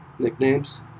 Nicknames